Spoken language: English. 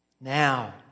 Now